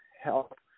help